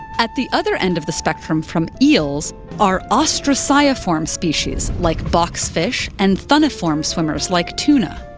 at the other end of the spectrum from eels are ostraciiform species like boxfish, and thunniform swimmers like tuna.